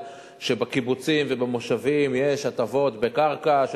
שבקיבוצים ובמושבים יש הטבות בקרקע,